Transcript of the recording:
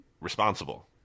responsible